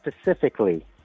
specifically